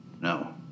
No